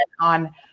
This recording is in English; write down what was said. on